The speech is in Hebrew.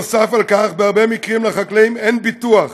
נוסף על כך, בהרבה מקרים אין לחקלאים ביטוח